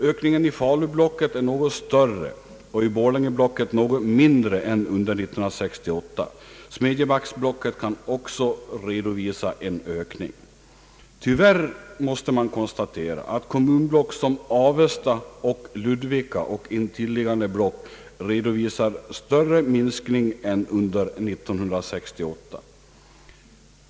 Ökningen i Falublocket är något större och ökningen Borlängeblocket något mindre än under år 1968. Smedjebacksblocket kan också redovisa en ökning. Tyvärr måste man konstatera att kommunblock som Avesta och Ludvika och intilliggande block redovisar större minskning än under 1968.